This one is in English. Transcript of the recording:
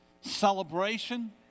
celebration